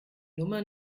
nummer